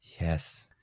Yes